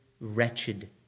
wretched